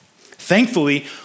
Thankfully